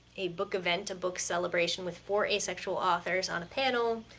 a book event, a book celebration, with four asexual authors on a panel,